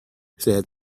said